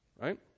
right